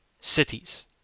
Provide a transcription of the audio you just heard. cities